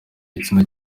igitsina